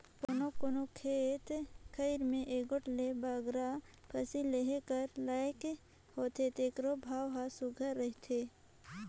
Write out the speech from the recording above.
कोनो कोनो खेत खाएर में एगोट ले बगरा फसिल लेहे कर लाइक होथे तेकरो भाव हर सुग्घर रहथे